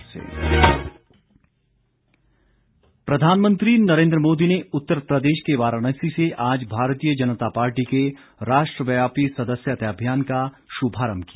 भाजपा सदस्यता प्रधानमंत्री नरेन्द्र मोदी ने उत्तर प्रदेश के वाराणसी से आज भारतीय जनता पार्टी के राष्ट्रव्यापी सदस्यता अभियान का शुभारंभ किया